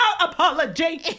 apology